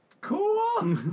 Cool